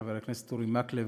חבר הכנסת אורי מקלב,